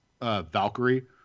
Valkyrie